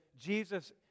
Jesus